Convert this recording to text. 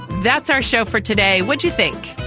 that's our show for today. what do you think?